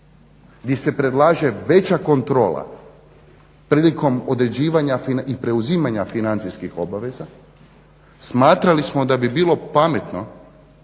gdje se predlaže veća kontrola prilikom određivanja i preuzimanja financijskih obaveza smatrali smo da bi bilo pametno